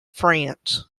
france